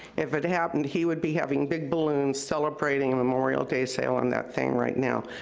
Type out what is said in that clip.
if it happened, he would be having big balloons, celebrating a memorial day sale on that thing right now.